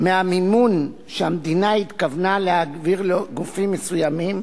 מהמימון שהמדינה התכוונה להעביר לגופים מסוימים,